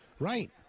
Right